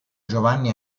giovanni